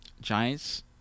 Giants